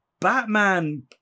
Batman